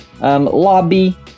lobby